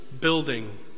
building